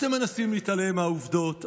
אתם מנסים להתעלם מהעובדות,